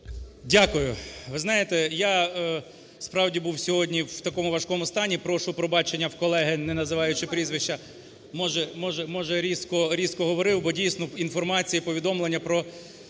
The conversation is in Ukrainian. Дякую, ви знаєте, я справді був сьогодні в такому важкому стані, прошу пробачення в колеги, не називаючи прізвища, може різко говорив. Бо дійсно, інформація, повідомлення про